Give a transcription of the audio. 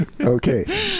Okay